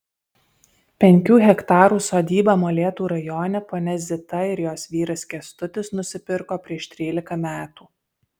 penkių hektarų sodybą molėtų rajone ponia zita ir jos vyras kęstutis nusipirko prieš trylika metų